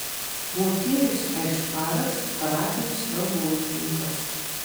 motiejus aišparas parapijos vargonininkas